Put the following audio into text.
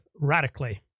radically